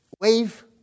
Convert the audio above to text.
Wave